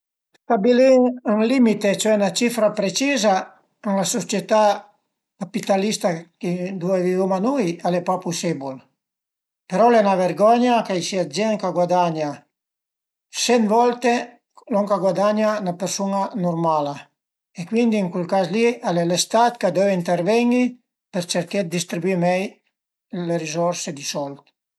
Stabilì ën limite, cioè 'na cifra preciza ën la sucietà capitalista ëndua i vivuma nui al e pa pusibul, però al e 'na vergogna ch'a i sia dë gent ch'a guadagna sent volte lon ch'a guadagna üna persun-a nurmala e cuindi ën cul cas li al e lë stat ch'a döu ënterven-i për cerché dë distribuì mei le rizorse di sold